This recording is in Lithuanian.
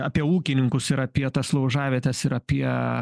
apie ūkininkus ir apie tas laužavietes ir apie